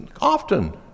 often